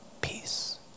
peace